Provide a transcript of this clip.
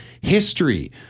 history